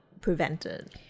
prevented